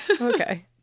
Okay